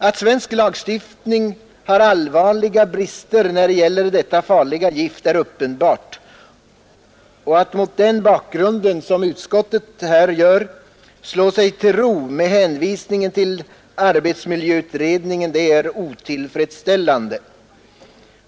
Att svensk lagstiftning har allvarliga brister när det gäller detta farliga gift är uppenbart och att mot den bakgrunden som utskottet här gör, slå sig till ro med en hänvisning till arbetsmil utredningen är otillfredsställande.